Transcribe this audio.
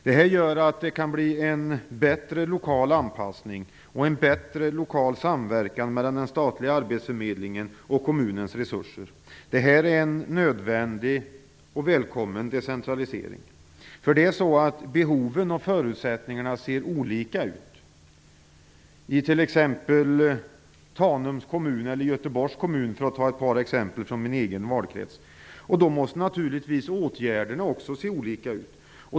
Detta gör att det kan bli en bättre lokal anpassning och en bättre lokal samverkan mellan den statliga arbetsförmedlingen och kommunens resurser. Detta är en nödvändig och välkommen decentralisering. Behoven och förutsättningarna är ju olika i t.ex. Tanums kommun och Göteborgs kommun, för att ta ett par exempel från min egen valkrets, och då måste naturligtvis åtgärderna också var olika.